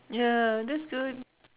ya that's good